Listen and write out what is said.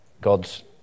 God's